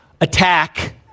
attack